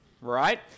right